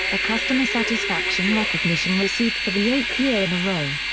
a customer satisfaction recognition received for the eighth year in a row.